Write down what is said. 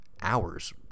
hours